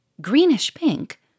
Greenish-pink